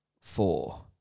four